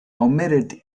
omitted